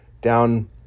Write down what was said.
down